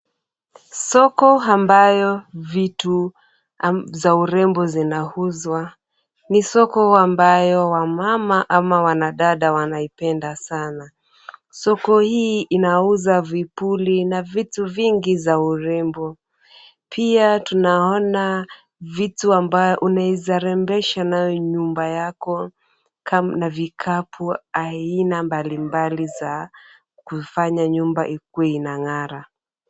Soko ambayo vitu za urembo zinauzwa. Ni soko ambayo wamama ama wanadada wanaipenda sana. Soko hii inauza vipuli na vitu vingi za urembo. Pia tunaona vitu ambayo unaeza rembesha nayo nyumba yako na vikapu aina mbalimbali za kufanya nyumba ikuwe inang'ara.